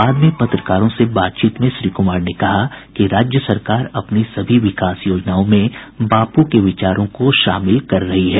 बाद में पत्रकारों से बातचीत में श्री कुमार ने कहा कि राज्य सरकार अपनी सभी विकास योजनाओं में बापू के विचारों को शामिल कर रही है